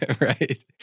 Right